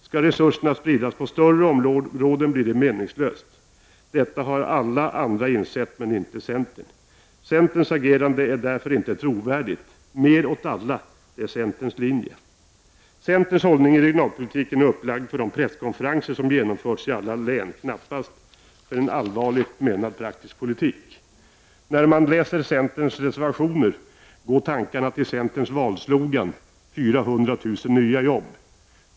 Skall resurserna spridas på större områden, blir stödet meningslöst. Detta har alla andra insett, men inte centern. Centerns agerande är därför inte trovärdigt. ”Mer åt alla” är centerns linje. Centerns hållning i regionalpolitiken är upplagd för de presskonferenser som genomförts i alla län, knappast för en allvarligt menad praktisk politik. När man läser centerreservationerna går tankarna till centerns valslogan, 400 000 nya jobb.